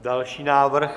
Další návrh?